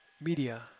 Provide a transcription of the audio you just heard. Media